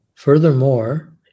Furthermore